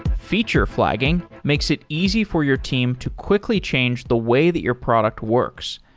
feature flagging makes it easy for your team to quickly change the way that your product works,